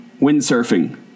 Windsurfing